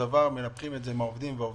דבר מנפחים את זה עם עובדים ועובדים,